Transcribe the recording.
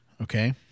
Okay